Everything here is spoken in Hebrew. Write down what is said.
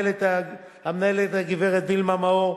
המנהלת הגברת וילמה מאור,